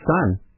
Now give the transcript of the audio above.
son